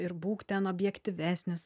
ir būk ten objektyvesnis